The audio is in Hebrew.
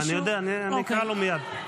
אני יודע, אני אקרא לו מייד.